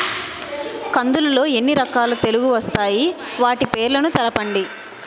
కందులు లో ఎన్ని రకాల తెగులు వస్తాయి? వాటి పేర్లను తెలపండి?